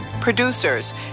Producers